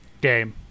Game